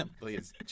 Please